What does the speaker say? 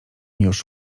już